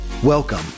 Welcome